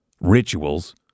rituals